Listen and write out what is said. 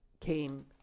came